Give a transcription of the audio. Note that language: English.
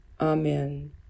Amen